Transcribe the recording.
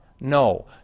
No